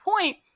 point